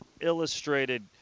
Illustrated